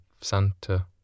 Santa